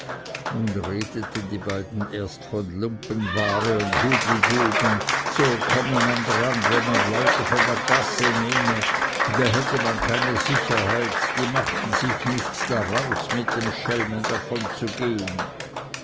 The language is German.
nun redeten die beiden erst von lumpenware und hudelbuben so komme man dran wenn man leute von der gasse nehme da hätte man keine sicherheit die machten sich nichts daraus mit dem schelmen